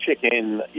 chicken